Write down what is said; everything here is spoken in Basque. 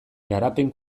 garapen